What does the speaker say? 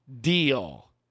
deal